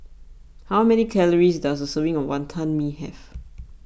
how many calories does a serving of Wantan Mee have